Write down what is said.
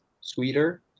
sweeter